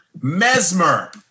Mesmer